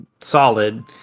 solid